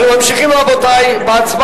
אנחנו ממשיכים בהצבעות.